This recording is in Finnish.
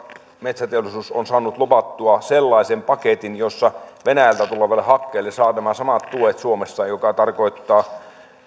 metsäteollisuus on saanut komission kautta lobattua sellaisen paketin jossa venäjältä tulevalle hakkeelle saa nämä samat tuet suomessa mikä tarkoittaa